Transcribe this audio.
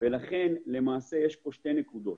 לכן יש פה שתי נקודות: